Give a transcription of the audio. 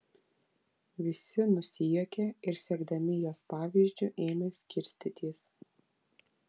visi nusijuokė ir sekdami jos pavyzdžiu ėmė skirstytis